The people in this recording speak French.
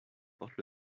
porte